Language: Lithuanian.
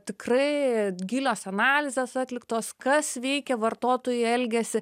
tikrai gilios analizės atliktos kas veikia vartotojų elgesį